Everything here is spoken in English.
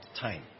time